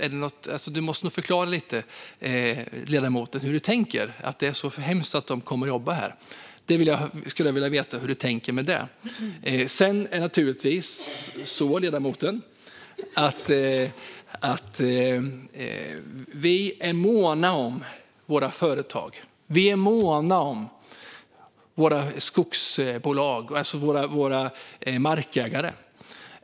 Ledamoten måste nog förklara lite hur han tänker och varför det är så hemskt att de kommer och jobbar här. Jag skulle vilja veta hur du tänker om det. Vi är måna om våra företag, ledamoten. Vi är måna om våra skogsbolag och markägare.